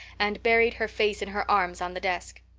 and buried her face in her arms on the desk.